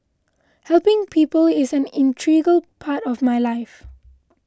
helping people is an integral part of my life